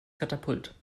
katapult